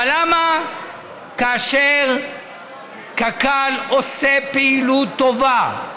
אבל למה כאשר קק"ל עושה פעילות טובה,